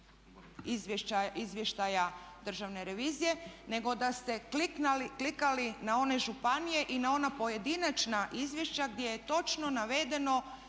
izvještaja Državne revizije nego da ste kliknuli na one županije i na ona pojedinačna izvješća gdje je točno navedeno